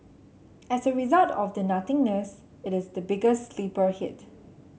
as a result of the nothingness it is the biggest sleeper hit